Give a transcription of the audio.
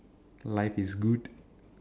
life is good